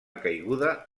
caiguda